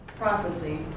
Prophecy